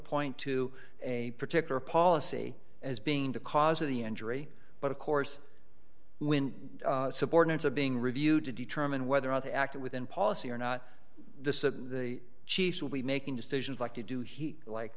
point to a particular policy as being the cause of the injury but of course when subordinates are being reviewed to determine whether other acted within policy or not the chiefs will be making decisions like to do he like